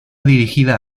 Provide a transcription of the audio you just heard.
dirigida